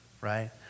right